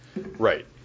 Right